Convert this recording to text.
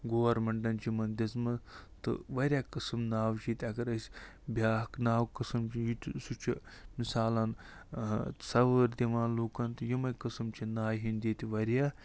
گورمٮ۪نٛٹَن چھِ یِمَن دِژمہٕ تہٕ واریاہ قٕسٕم ناوٕ چھِ ییٚتہِ اگر أسۍ بیٛاکھ ناوٕ قٕسٕم چھِ ییٚتہِ سُہ چھُ مِثالَن سَوٲرۍ دِوان لوٗکَن تہٕ یِمَے قٕسٕم چھِ نایہِ ہِنٛدۍ ییٚتہِ واریاہ